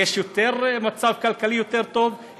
כי יש מצב כלכלי יותר טוב,